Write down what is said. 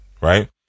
Right